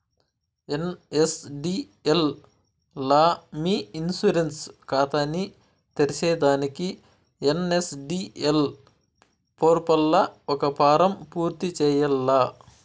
NSDL లా మీ insurance కాతాని తెర్సేదానికి ఎన్.ఎస్.డి.ఎల్ పోర్పల్ల ఒక ఫారం పూర్తి చేయాల్ల